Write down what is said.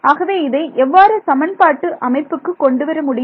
ஆகவே இதை எவ்வாறு சமன்பாட்டு அமைப்புக்கு கொண்டுவரமுடியும்